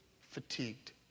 fatigued